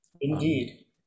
indeed